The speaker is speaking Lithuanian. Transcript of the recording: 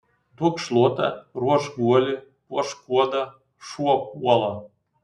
duok šluotą ruošk guolį puošk kuodą šuo puola